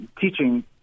teaching